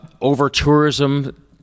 over-tourism